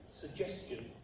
suggestion